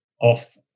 off